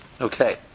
Okay